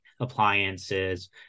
appliances